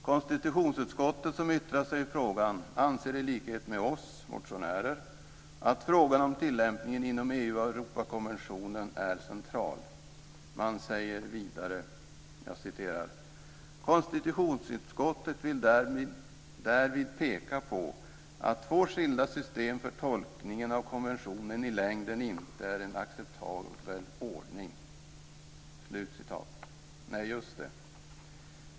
Konstitutionsutskottet som yttrat sig i frågan anser i likhet med oss motionärer att frågan om tillämpningen inom EU av Europakonventionen är central. Man säger vidare: "Konstitutionsutskottet vill därvid peka på att två skilda system för tolkningen av konventionen i längden inte är en acceptabel ordning." Nej, just det.